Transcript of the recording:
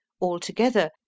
Altogether